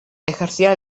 ejercía